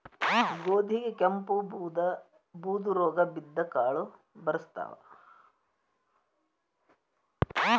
ಗೋಧಿಗೆ ಕೆಂಪು, ಬೂದು ರೋಗಾ ಬಿದ್ದ್ರ ಕಾಳು ಬರ್ಸತಾವ